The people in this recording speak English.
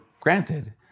granted